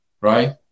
right